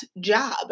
job